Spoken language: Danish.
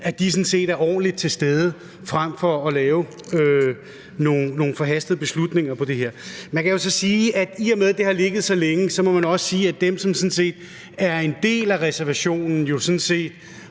tages, sådan set er ordentligt til stede, frem for at lave nogle forhastede beslutninger om det her. I og med at det har ligget så længe, må man også sige, at dem, der er en del af reservationen, jo sådan set